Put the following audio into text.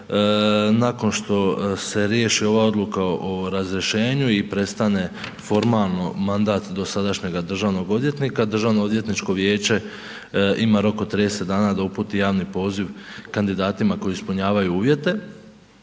nakon što se riješi ova odluka o razrješenju i prestane formalno mandat dosadašnjega državnog odvjetnika, državno odvjetničko vijeće ima rok od 30 dana da uputi javni poziv kandidatima koji ispunjavaju uvjete.